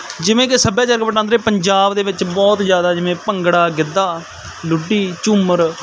ਜਿਵੇਂ ਕਿ ਸੱਭਿਆਚਾਰਕ ਵਟਾਂਦਰੇ ਪੰਜਾਬ ਦੇ ਵਿੱਚ ਬਹੁਤ ਜ਼ਿਆਦਾ ਜਿਵੇਂ ਭੰਗੜਾ ਗਿੱਧਾ ਲੁੱਡੀ ਝੂਮਰ